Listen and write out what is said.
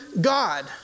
God